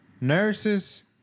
Nurses